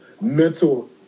mental